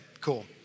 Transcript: cool